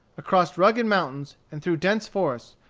across rugged mountains, and through dense forests,